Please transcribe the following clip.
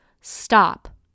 stop